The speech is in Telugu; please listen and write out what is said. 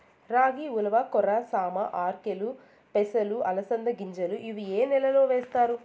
రాగి, ఉలవ, కొర్ర, సామ, ఆర్కెలు, పెసలు, అలసంద గింజలు ఇవి ఏ నెలలో వేస్తారు?